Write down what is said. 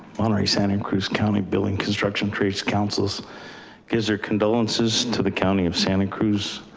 monterey santa and cruz county building construction traits. councils gives her condolences to the county of santa cruz.